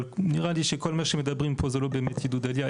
אבל נראה לי שכל מה שמדברים פה זה לא באמת עידוד עלייה.